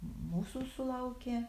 mūsų sulaukė